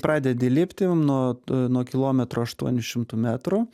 pradedi lipti nuo nuo kilometro aštuonių šimtų metrų